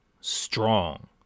strong